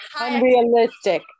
unrealistic